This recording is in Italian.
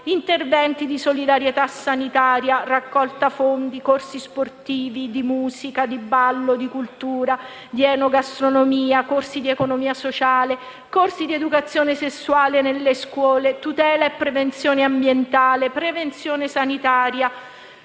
interventi di solidarietà sanitaria, raccolta fondi, corsi sportivi, di musica, ballo, cultura e di enogastronomia, corsi di economia sociale, corsi di educazione sessuale nelle scuole, tutela e prevenzione ambientale, prevenzione sanitaria: